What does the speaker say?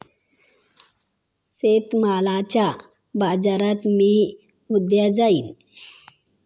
शेतमालाच्या बाजारात मी उद्या जाईन